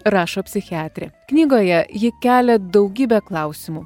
rašo psichiatrė knygoje ji kelia daugybę klausimų